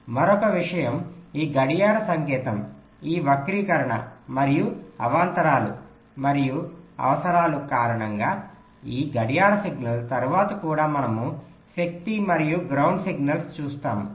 మరొక విషయం ఈ గడియార సంకేతం ఈ వక్రీకరణ మరియు అవాంతరాలు మరియు అవసరాలు కారణంగా ఈ గడియార సిగ్నల్ తరువాత కూడా మనము శక్తి మరియు గ్రౌండ్ సిగ్నల్స్ చూస్తాము